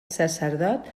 sacerdot